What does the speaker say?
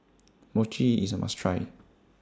Mochi IS A must Try